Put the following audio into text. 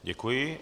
Děkuji.